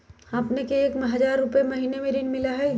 हां अपने के एक हजार रु महीने में ऋण मिलहई?